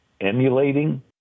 emulating